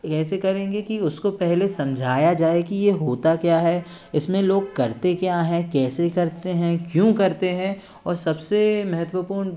ऐसे करेंगे कि उसको पहले समझाया जाए कि ये होता क्या है इसमें लोग करते क्या हैं कैसे करते हैं क्यों करते हैं और सबसे महत्वपूर्ण